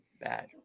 bad